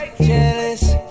Jealous